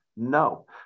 No